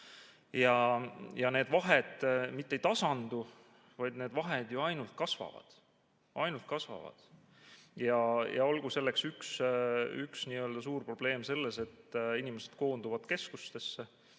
Ja need vahed mitte ei tasandu, vaid need vahed ju ainult kasvavad. Ainult kasvavad! Ja üks suur probleem on selles, et inimesed koonduvad keskustesse.